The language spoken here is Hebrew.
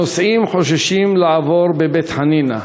הנוסעים חוששים לעבור בבית-חנינא.